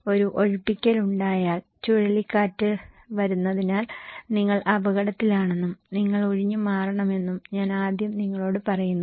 ഒരു ഒഴിപ്പിക്കൽ ഉണ്ടായാൽ ചുഴലിക്കാറ്റ് വരുന്നതിനാൽ നിങ്ങൾ അപകടത്തിലാണെന്നും നിങ്ങൾ ഒഴിഞ്ഞുമാറണമെന്നും ഞാൻ ആദ്യം നിങ്ങളോട് പറയുന്നു